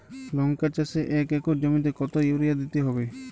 লংকা চাষে এক একর জমিতে কতো ইউরিয়া দিতে হবে?